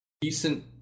decent